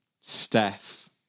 Steph